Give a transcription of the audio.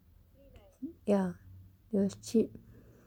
ya it was cheap